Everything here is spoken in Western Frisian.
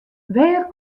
wêr